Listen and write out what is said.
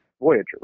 Voyager